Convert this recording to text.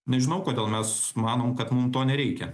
nežinau kodėl mes manom kad mum to nereikia